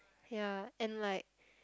ya and like